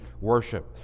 worship